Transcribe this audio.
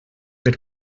per